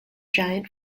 giant